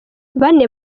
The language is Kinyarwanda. bane